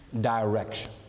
direction